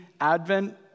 Advent